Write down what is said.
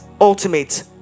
ultimate